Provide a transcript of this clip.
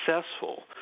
successful